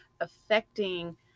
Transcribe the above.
affecting